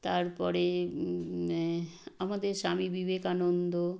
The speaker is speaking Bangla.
তারপরে আমাদের স্বামী বিবেকানন্দ